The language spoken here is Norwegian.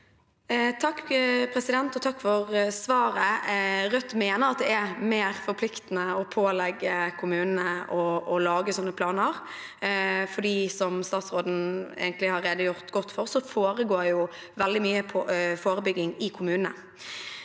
(R) Takk for svaret. Rødt mener det er mer forpliktende å pålegge kommunene å lage sånn planer, for som statsråden egentlig har redegjort godt for, foregår veldig mye forebygging i kommunene.